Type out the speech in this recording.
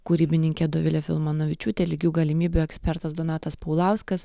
kūrybininkė dovilė filmanavičiūtė lygių galimybių ekspertas donatas paulauskas